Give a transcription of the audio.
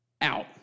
out